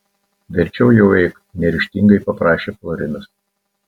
verčiau jau eik neryžtingai paprašė florinas